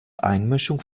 einmischung